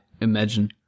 imagine